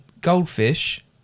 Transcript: goldfish